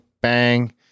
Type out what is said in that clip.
Bang